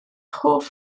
hoff